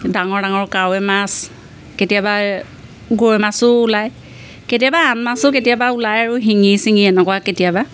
ডাঙৰ ডাঙৰ কাৱৈ মাছ কেতিয়াবা গৰৈ মাছো ওলায় কেতিয়াবা আন মাছো কেতিয়াবা ওলায় আৰু শিঙি ছিঙি এনেকুৱা কেতিয়াবা